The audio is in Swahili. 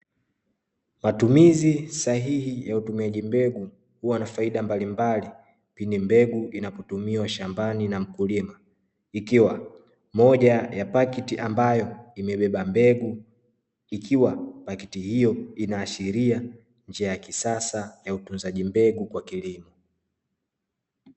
Matumizi sahihi ya utumiaji mbegu hua na faida mbalimbali, ili mbegu inapotumiwa shambani na mkulima ili ikiwa moja ya pakti iliyobeba mbegu ikiwa pakti hiyo inahashiria njia ya kisasa ya utunzaji mbegu kwa kilimo.